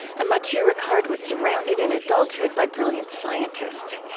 and matthieu ricard was surrounded in adulthood by brilliant scientists.